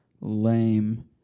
Lame